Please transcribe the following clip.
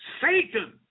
Satan